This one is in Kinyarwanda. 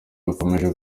bikomeje